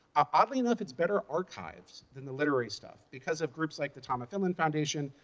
oddly enough it's better archived than the literary stuff because of groups like the tom of finland foundation,